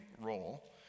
role